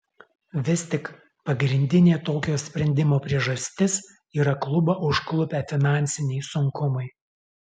vis tik pagrindinė tokio sprendimo priežastis yra klubą užklupę finansiniai sunkumai